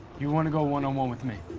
you want to go one on one with me?